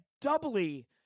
doubly